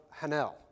Hanel